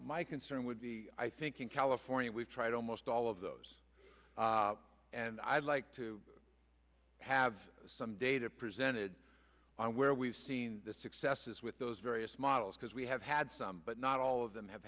my concern would be i think in california we've tried almost all all of those and i'd like to have some data presented on where we've seen the successes with those various models because we have had some but not all of them have